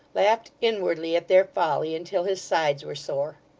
laughed inwardly at their folly, until his sides were sore.